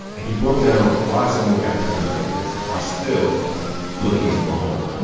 and he broke down why so many african americans are still looking for home